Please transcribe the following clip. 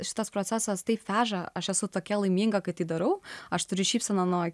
šitas procesas taip veža aš esu tokia laiminga kad jį darau aš turiu šypsena nuo